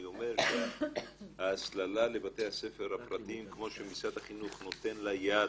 אני אומר שההסללה לבתי הספר הפרטיים כמו שמשרד החינוך נותן לה יד,